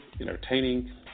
entertaining